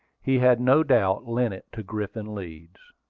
he had no doubt lent it to griffin leeds.